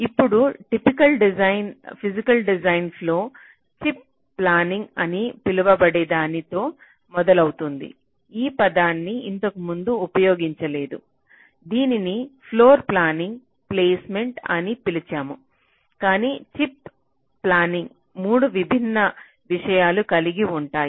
ఇప్పుడు typical physical design flow chip planning అని పిలువబడే దానితో మొదలవుతుంది ఈ పదాన్ని ఇంతకుముందు ఉపయోగించలేదు దీనిని ఫ్లోర్ప్లానింగ్ ప్లేస్మెంట్ అని పిలిచాము కాని చిప్ ప్లానింగ్లో 3 విభిన్న విషయాలు కలిగి ఉంటాయి